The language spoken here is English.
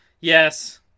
Yes